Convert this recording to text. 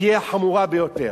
תהיה חמורה ביותר.